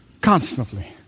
constantly